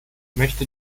möchte